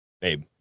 Babe